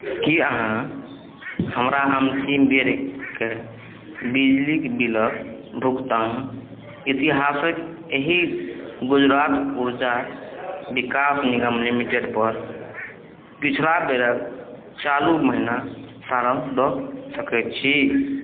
की अहाँ हमरा अंतिम बेरके बिजली बिलक भुगतान इतिहासक एहि गुजरात ऊर्जा बिकास निगम लिमिटेड पर पिछला बेरक चालू महिना सारांश दऽ सकै छी